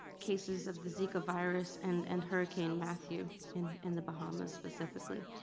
cases of the zika virus, and and hurricane matthew in in the bahamas specifically.